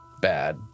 bad